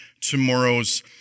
tomorrow's